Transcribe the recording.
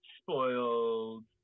spoiled